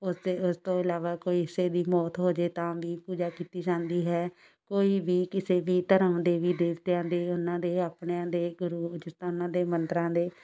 ਉਸਦੇ ਉਸ ਤੋਂ ਇਲਾਵਾ ਕੋਈ ਕਿਸੇ ਦੀ ਮੌਤ ਹੋ ਜਾਵੇ ਤਾਂ ਵੀ ਪੂਜਾ ਕੀਤੀ ਜਾਂਦੀ ਹੈ ਕੋਈ ਵੀ ਕਿਸੇ ਵੀ ਧਰਮ ਦੇਵੀ ਦੇਵਤਿਆਂ ਦੇ ਉਹਨਾਂ ਦੇ ਆਪਣਿਆਂ ਦੇ ਗੁਰੂ ਜਿਸ ਤਰ੍ਹਾਂ ਉਨ੍ਹਾਂ ਦੇ ਮੰਦਰਾਂ ਦੇ